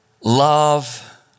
Love